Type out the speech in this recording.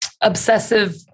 obsessive